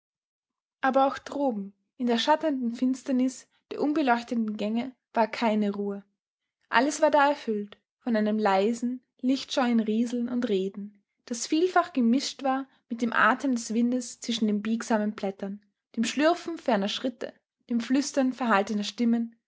aber auch droben in der schattenden finsternis der unbeleuchteten gänge war keine ruhe alles war da erfüllt von einem leisen lichtscheuen rieseln und reden das vielfach gemischt war mit dem atem des windes zwischen den biegsamen blättern dem schlürfen ferner schritte dem flüstern verhaltener stimmen